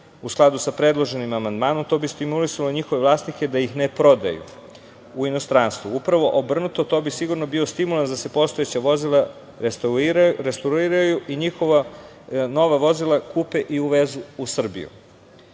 u skladu sa predloženim amandmanom to bi stimulisalo njihove vlasnike da ih ne prodaju u inostranstvu. Upravo obrnuto to bi sigurno bio stimulans da se postojeća vozila restauriraju i njihova nova vozila kupe i uvezu u Srbiju. Nerešen